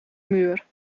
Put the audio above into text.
muur